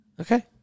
Okay